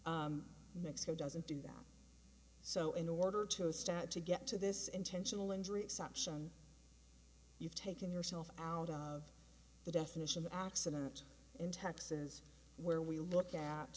mixer doesn't do that so in order to start to get to this intentional injury exception you've taken yourself out of the definition of accident in texas where we look at